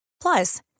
Plus